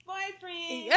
Boyfriend